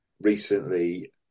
recently